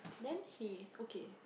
then he okay